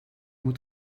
moet